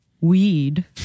weed